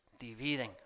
dividen